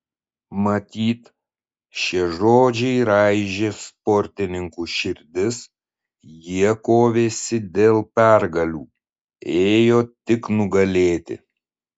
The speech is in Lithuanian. matyt šie žodžiai raižė sportininkų širdis jie kovėsi dėl pergalių ėjo tik nugalėti